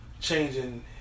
changing